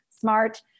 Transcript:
smart